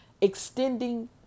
extending